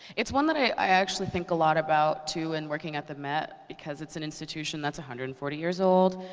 it's one that i actually think a lot about, too, in working at the met because it's an institution that's one hundred and forty years old,